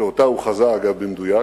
שאותה הוא חזה, אגב, במדויק.